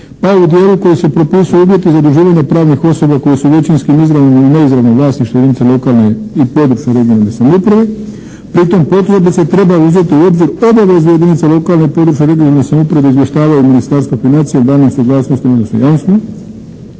pa u dijelu koji se propisuju uvjeti zaduživanja pravnih osoba koji su većinskim, izravno ili neizravno u vlasništvu jedinica lokalne i područne (regionalne) samouprave. Pri tom potsebice treba uzeti u obzir obavezu jedinica lokalne i područne (regionalne) samouprave da izvještavaju Ministarstvo financija o davanju suglasnosti odnosno jamstvima.